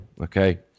okay